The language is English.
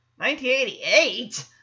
1988